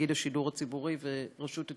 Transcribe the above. תאגיד השידור הציבורי ורשות השידור.